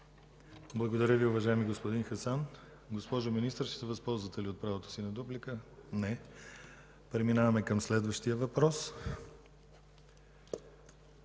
Благодаря Ви, уважаеми господин Хасан. Госпожо Министър, ще се възползвате ли от правото си на дуплика? Не. Преминаваме към следващия въпрос